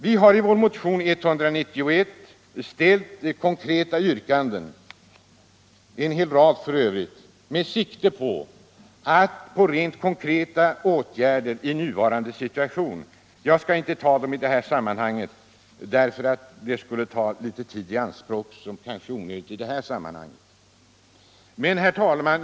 Vi har I vår motion 191 ställt samman en hel rad konkreta yrkanden om åtgärder i nuvarande situation. Jag skall inte räkna upp dem i detta sammanhang, eftersom det skulle ta i anspråk kanske onödigt lång tid. Herr talman!